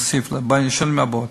נוסיף, לשנים הבאות.